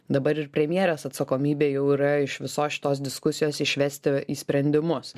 dabar ir premjerės atsakomybė jau yra iš visos šitos diskusijos išvesti į sprendimus